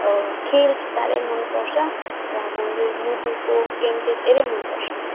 खेल चाहिँ साह्रै मन पर्छ र मैले लुडोको गेम चाहिँ धेरै मन पर्छ